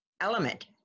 element